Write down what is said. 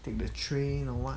take the train or what